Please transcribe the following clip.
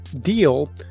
deal